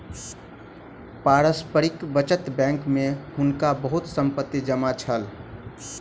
पारस्परिक बचत बैंक में हुनका बहुत संपत्ति जमा छल